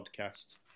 podcast